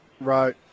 Right